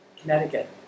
Connecticut